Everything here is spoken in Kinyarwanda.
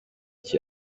cye